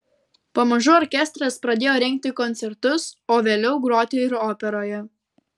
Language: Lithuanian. pamažu orkestras pradėjo rengti koncertus o vėliau groti ir operoje